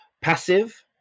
passive